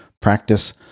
practice